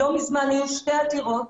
לא מזמן היו שתי עתירות